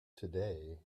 today